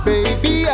Baby